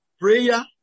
prayer